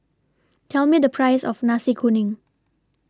Tell Me The Price of Nasi Kuning